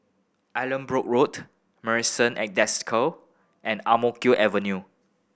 Allanbrooke Road Marrison at Desker and Ang Mo Kio Avenue